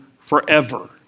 forever